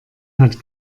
hat